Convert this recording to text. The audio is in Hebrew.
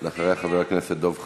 אחריה, חבר הכנסת דב חנין.